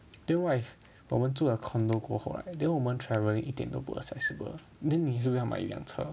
then what if 我们住了 condo 过后 right then 我们 travelling 一点都不 accessible then 你是要买一辆车